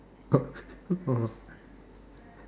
oh oh